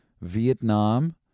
Vietnam